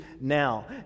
now